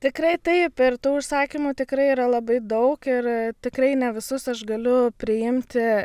tikrai taip ir tų užsakymų tikrai yra labai daug ir tikrai ne visus aš galiu priimti